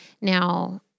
Now